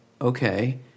okay